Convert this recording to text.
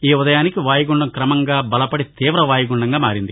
ఈ ఉదయంకి వాయుగుండం క్రమంగా బలపడి తీవ వాయుగుండంగా మారింది